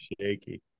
shaky